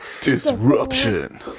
disruption